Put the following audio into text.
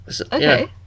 okay